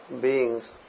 beings